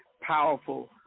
powerful